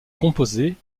composé